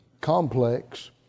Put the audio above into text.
complex